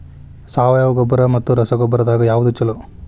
ಸಾವಯವ ಗೊಬ್ಬರ ಮತ್ತ ರಸಗೊಬ್ಬರದಾಗ ಯಾವದು ಛಲೋ?